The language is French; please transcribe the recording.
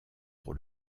pour